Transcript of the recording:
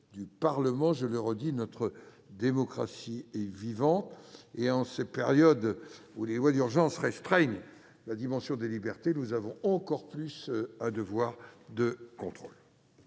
Je le redis, notre démocratie est vivante, et, en cette période où les voies d'urgence restreignent les libertés, nous avons davantage encore un devoir de contrôle.